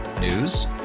News